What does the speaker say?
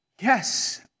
yes